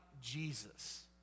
Jesus